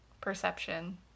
perception